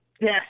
Yes